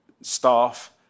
staff